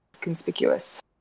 conspicuous